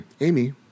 Amy